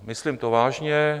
Myslím to vážně.